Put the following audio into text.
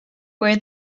where